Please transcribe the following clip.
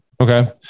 Okay